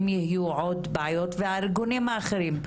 אם יהיו עוד בעיות והארגונים האחרים,